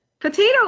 Potato